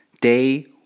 Day